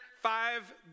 five